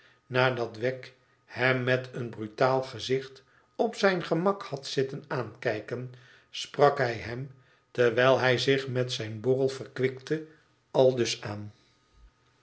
nadat wegg hem met een brutaal gezicht op zijn gemak had zitten aankijken sprak hij hem terwijl hij zich met zijn borrel verkwikte aldus aan